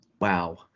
Wow